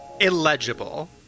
illegible